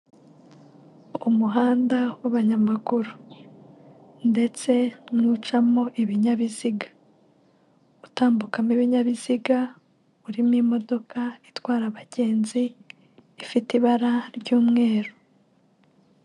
Umuhanda w'abanyamaguru ndetse n'ucamo ibinyabiziga utambukamo ibinyabiziga urimo imodoka itwara abagenzi ifite ibara ry'umweru.